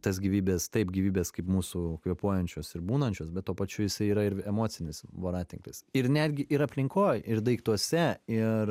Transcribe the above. tas gyvybes taip gyvybės kaip mūsų kvėpuojančios ir būnančios bet tuo pačiu jisai yra ir emocinis voratinklis ir netgi ir aplinkoj ir daiktuose ir